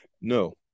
No